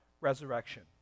resurrection